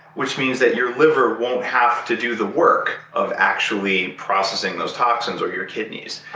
which means that your liver won't have to do the work of actually processing those toxins or your kidneys.